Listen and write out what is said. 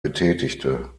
betätigte